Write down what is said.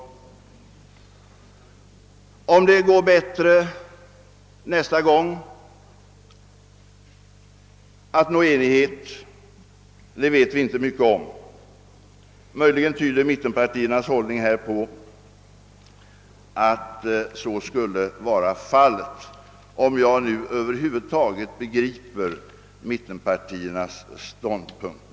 Huruvida det går bättre nästa gång att nå enighet vet vi inte mycket om, men möjligen tyder mittenpartiernas hållning — om jag nu över huvud taget begriper den — på att så skulle vara fallet.